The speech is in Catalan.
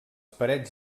parets